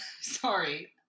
Sorry